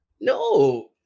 No